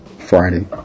Friday